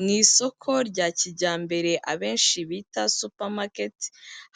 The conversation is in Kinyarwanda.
Mu isoko rya kijyambere abenshi bita supamaketi,